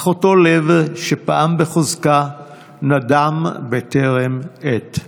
אך אותו לב שפעם בחוזקה נדם בטעם עת.